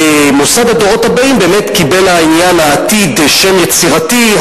במוסד הדורות הבאים באמת קיבל עניין העתיד שם יצירתי,